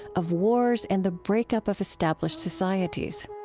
of wars and the break-up of established societies.